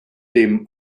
dem